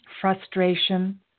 frustration